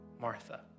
Martha